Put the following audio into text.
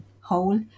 hole